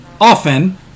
often